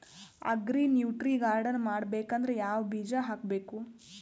Agri nutri garden ಮಾಡಬೇಕಂದ್ರ ಯಾವ ಬೀಜ ಹಾಕಬೇಕು?